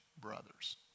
brothers